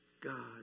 God